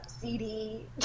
CD